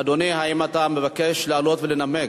אדוני, האם אתה מבקש לעלות ולנמק?